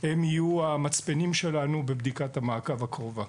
הם יהיו המצפנים שלנו בבדיקת המעקב הקרובה.